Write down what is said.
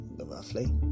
roughly